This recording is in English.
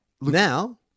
Now